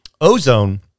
Ozone